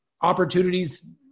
opportunities